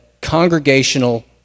congregational